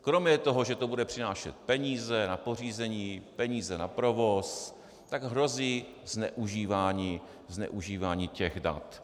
Kromě toho, že to bude přinášet peníze na pořízení, peníze na provoz, tak hrozí zneužívání těch dat.